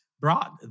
brought